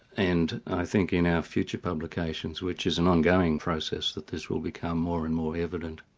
and i think in our future publications, which is an ongoing process, that this will become more and more evident.